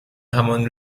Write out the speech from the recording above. همان